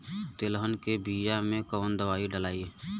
तेलहन के बिया मे कवन दवाई डलाई?